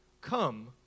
come